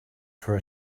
for